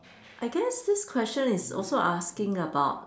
I guess this question is also asking about